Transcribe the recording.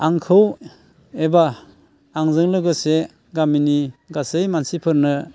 आंखौ एबा आंजों लोगोसे गामिनि गासै मानसिफोरनो